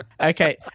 Okay